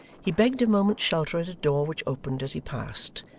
he begged a moment's shelter at a door which opened as he passed,